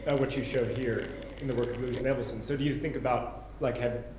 ah what you showed here in the work of louise nevelson, so do you think about like have,